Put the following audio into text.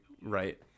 right